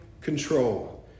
control